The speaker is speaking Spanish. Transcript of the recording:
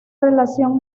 relación